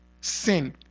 sin